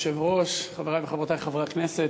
אדוני היושב-ראש, חברי וחברותי חברי הכנסת,